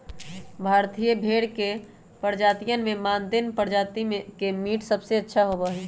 भारतीयन भेड़ के प्रजातियन में मानदेय प्रजाति के मीट सबसे अच्छा होबा हई